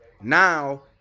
now